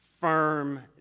firm